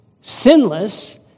sinless